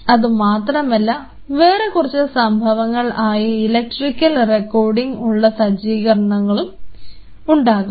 അതുമാത്രമല്ല വേറെ കുറച്ച് സംഭവങ്ങൾ ആയ ഇലക്ട്രിക്കൽ റെക്കോർഡിങ് ഉള്ള സജ്ജീകരണങ്ങളും ഉണ്ടാകും